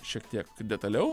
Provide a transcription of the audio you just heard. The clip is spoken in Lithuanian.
šiek tiek detaliau